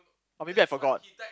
or maybe I forgot